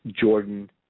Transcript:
Jordan